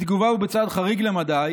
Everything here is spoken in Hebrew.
בתגובה ובצעד חריג למדי